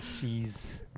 Jeez